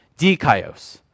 Dikaios